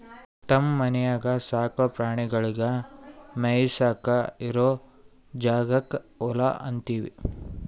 ತಮ್ಮ ಮನ್ಯಾಗ್ ಸಾಕೋ ಪ್ರಾಣಿಗಳಿಗ್ ಮೇಯಿಸಾಕ್ ಇರೋ ಜಾಗಕ್ಕ್ ಹೊಲಾ ಅಂತೀವಿ